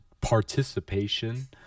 participation